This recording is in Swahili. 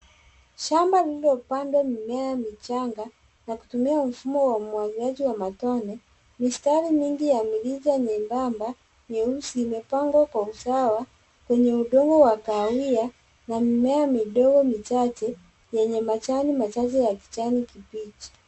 Shamba lililopandwa mimea michanga na kutumia mfumo wa umwagiliaji wa matone. Mistari mingi ya mirija nyembamba virusi imepangwa kwa usawa kwenye udongo wa kahawia na mimea midogo machache yenye majani machache ya kijani kibichi.